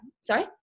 Sorry